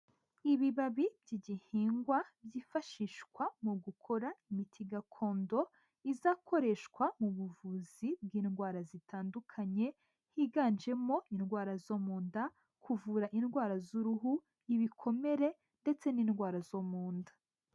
Ibibabi by'igihingwa byifashishwa mu gukora imiti gakondo izakoreshwa mu buvuzi bw'indwara zitandukanye higanjemo indwara zo mu nda, kuvura indwara z'uruhu, ibikomere ndetse n'indwara zo mu nda.